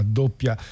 doppia